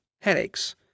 headaches